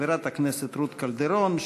חברת הכנסת רות קלדרון,